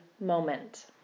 moment